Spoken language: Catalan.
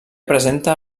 presenta